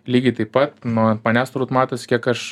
lygiai taip pat nu ant manęs turbūt matosi kiek aš